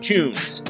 Tunes